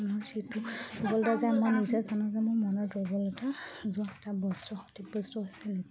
সেইটো গ'ল এটা যে মই নিজে জানো যে মোৰ মনৰ দুৰ্বলতা যোৱা এটা বস্তু সঠিক বস্তু আছে নেকি